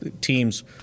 team's